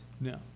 No